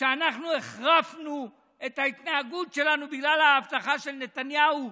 שאנחנו החרפנו את ההתנהגות שלנו בגלל האבטחה של נתניהו,